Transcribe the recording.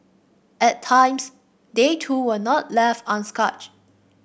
at times they too were not left unscath